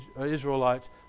Israelites